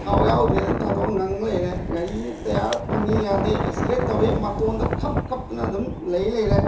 ꯊꯥꯎ ꯌꯥꯎꯗ꯭ꯔꯦꯅ ꯑꯗꯨꯝ ꯊꯥꯗꯣꯛꯒ ꯉꯪꯉ ꯂꯩꯔꯦ ꯒꯥꯔꯤꯒꯤ ꯇꯌꯥꯔ ꯐꯪꯏ ꯌꯥꯗꯦ ꯑꯦꯁꯂꯔꯦꯠ ꯇꯧꯏ ꯃꯇꯣꯟꯗ ꯈꯞ ꯈꯞꯇꯅ ꯑꯗꯨꯝ ꯂꯩꯔ ꯂꯩꯔꯦ